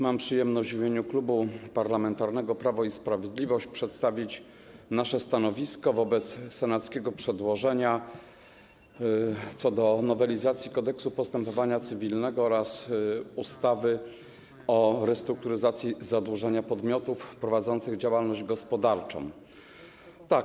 Mam przyjemność w imieniu Klubu Parlamentarnego Prawo i Sprawiedliwość przedstawić nasze stanowisko wobec senackiego przedłożenia dotyczącego nowelizacji Kodeksu postępowania cywilnego oraz ustawy o restrukturyzacji zadłużenia podmiotów prowadzących gospodarstwa rolne.